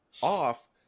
off